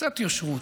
קצת יושר.